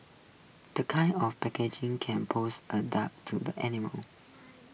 the kind of packaging can pose A dark to the animals